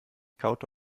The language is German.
kaute